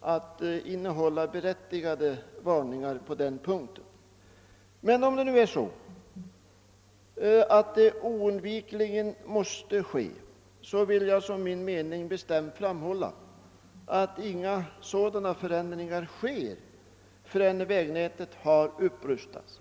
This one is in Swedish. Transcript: att innehålla berättigade varningar på den punkten. Om emellertid denna nedläggning oundvikligen måste göras, vill jag som min mening bestämt framhålla att inga sådana förändringar bör företas förrän vägnätet har upprustats.